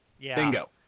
Bingo